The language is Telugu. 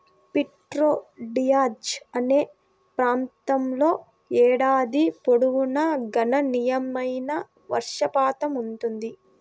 ప్రిటో డియాజ్ అనే ప్రాంతంలో ఏడాది పొడవునా గణనీయమైన వర్షపాతం ఉంటుంది